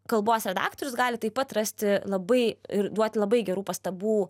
kalbos redaktorius gali taip pat rasti labai duoti labai gerų pastabų